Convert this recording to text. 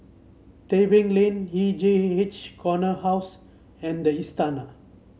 Tebing Lane E J H Corner House and the Istana